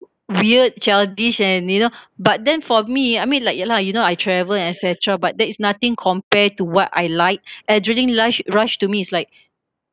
weird childish and you know but then for me I mean like ya lah you know I travel and etcetera but that is nothing compare to what I like adrenaline lush rush to me is like